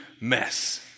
mess